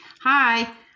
Hi